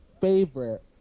favorite